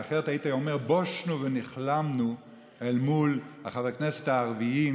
כי אחרת הייתי אומר: בושנו ונכלמנו אל מול חברי הכנסת הערבים,